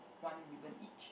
one ribbon each